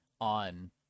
on